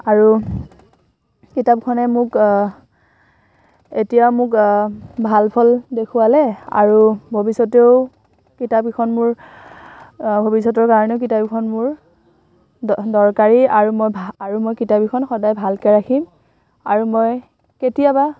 আৰু কিতাপখনে মোক এতিয়া মোক ভাল ফল দেখোৱালে আৰু ভৱিষ্যতেও কিতাপকেইখন মোৰ ভৱিষতৰ কাৰণেও কিতাপ কেইখন মোৰ আৰু মই আৰু মই কিতাপ কেইখন সদায় ভালকৈ ৰাখিম আৰু মই কেতিয়াবা